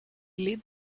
lit